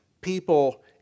people